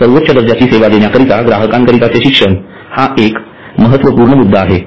सर्वोच्च दर्जाची सेवा देण्याकरिता ग्राहकांकरिताचे शिक्षण हा एक महत्वपूर्ण मुद्दा आहे